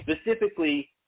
Specifically